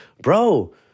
bro